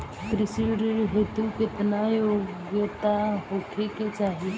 कृषि ऋण हेतू केतना योग्यता होखे के चाहीं?